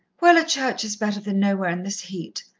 well, a church is better than nowhere in this heat,